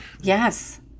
Yes